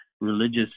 religious